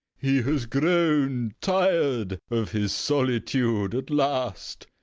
he has grown tired of his solitude at last.